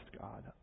God